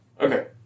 Okay